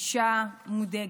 אישה מודאגת.